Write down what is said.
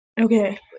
Okay